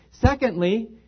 Secondly